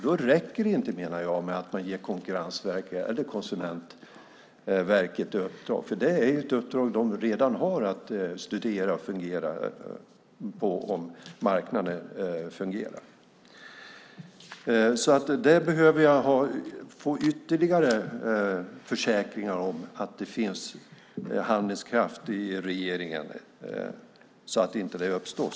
Då räcker det inte, menar jag, att man ger Konkurrensverket eller Konsumentverket ett uppdrag. De har redan uppdraget att studera marknaden och fundera på om den fungerar. Där behöver jag få ytterligare försäkringar om att det finns handlingskraft i regeringen, så att detta inte uppstår.